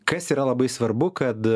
kas yra labai svarbu kad